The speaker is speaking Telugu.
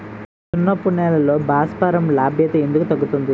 సున్నపు నేలల్లో భాస్వరం లభ్యత ఎందుకు తగ్గుతుంది?